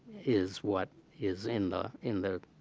is what is in the in the